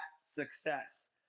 success